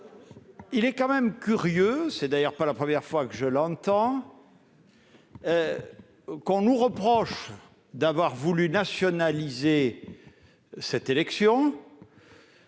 Il est quand même curieux- ce n'est pourtant pas la première fois que je l'entends -que l'on nous reproche d'avoir voulu « nationaliser » ces élections,